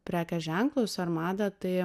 prekės ženklus ar madą tai